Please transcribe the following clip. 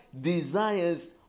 desires